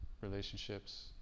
relationships